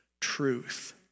truth